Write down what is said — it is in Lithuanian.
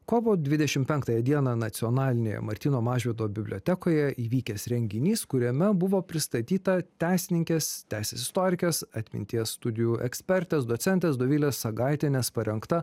kovo dvidešim penktąją dieną nacionalinėje martyno mažvydo bibliotekoje įvykęs renginys kuriame buvo pristatyta teisininkės teisės istorikės atminties studijų ekspertės docentės dovilės sagaitienės parengta